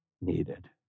needed